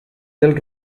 del